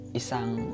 isang